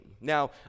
Now